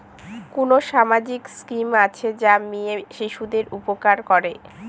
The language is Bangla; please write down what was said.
কোন সামাজিক স্কিম আছে যা মেয়ে শিশুদের উপকার করে?